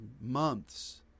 months